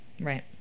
right